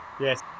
Yes